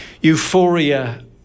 euphoria